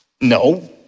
no